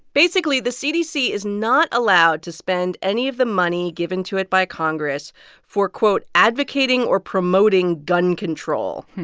basically, the cdc is not allowed to spend any of the money given to it by congress for, quote, advocating or promoting gun control.